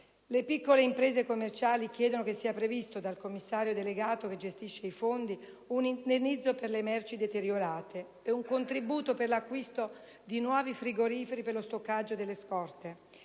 Le piccole imprese commerciali chiedono che sia previsto dal Commissario delegato che gestisce i fondi un indennizzo per le merci deteriorate e un contributo per l'acquisto di nuovi frigoriferi per lo stoccaggio delle scorte.